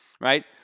right